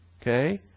okay